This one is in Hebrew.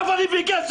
מאיפה אני אביא כסף?